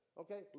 okay